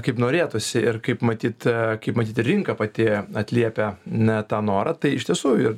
kaip norėtųsi ir kaip matyt kaip matyti rinka pati atliepia a tą norą tai iš tiesų ir